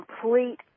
complete